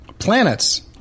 Planets